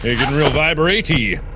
ah getting real vibratey!